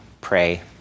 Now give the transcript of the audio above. pray